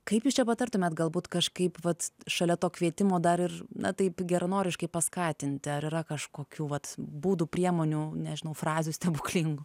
kaip jūs patartumėt galbūt kažkaip vat šalia to kvietimo dar ir na taip geranoriškai paskatinti ar yra kažkokių vat būdų priemonių nežinau frazių stebuklingų